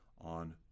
on